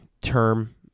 term